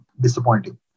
disappointing